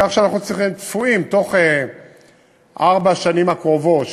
כך בתוך ארבע השנים הקרובות,